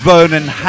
Vernon